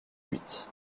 huit